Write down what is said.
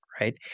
right